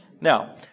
now